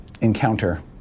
encounter